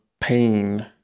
pain